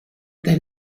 then